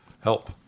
Help